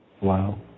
Wow